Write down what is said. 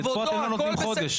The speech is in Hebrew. פה אתם לא נותנים חודש.